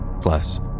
Plus